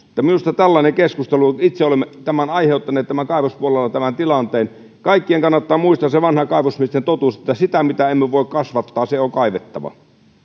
minusta tällainen keskustelu kun itse olemme aiheuttaneet kaivospuolella tämän tilanteen kaikkien kannattaa muistaa se vanha kaivosmiesten totuus että sitä mitä emme voi kasvattaa on kaivettava